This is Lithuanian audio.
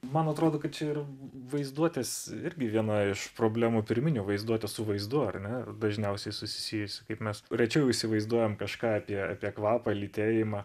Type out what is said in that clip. man atrodo kad čia ir vaizduotės irgi viena iš problemų pirminių vaizduotė su vaizdu ar ne dažniausiai susijus kaip mes rečiau įsivaizduojam kažką apie apie kvapą lytėjimą